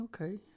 okay